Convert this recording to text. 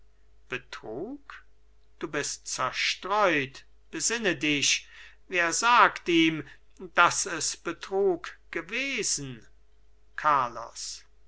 betrug du bist zerstreut besinne dich wer sagt ihm daß es betrug gewesen carlos